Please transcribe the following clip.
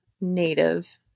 native